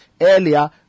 earlier